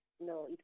No